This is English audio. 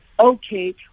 okay